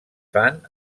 fan